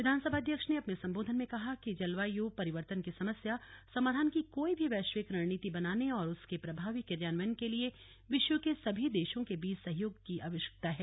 विधानसभा अध्यक्ष ने अपने संबोधन में कहा है कि जलवायु परिवर्तन की समस्या समाधान की कोई भी वैश्विक रणनीति बनाने और उसके प्रभावी क्रियान्वयन के लिए विश्व के सभी देशों के बीच सहयोग की आवश्यकता है